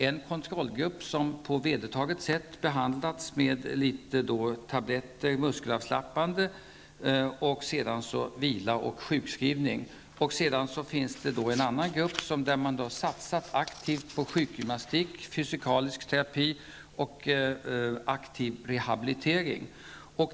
En kontrollgrupp har på vedertaget sätt behandlats med muskelavslappande tabletter, vila och sjukskrivning. I den andra gruppen har man aktivt satsat på sjukgymnastik, fysikalisk terapi och aktiv rehabilitering.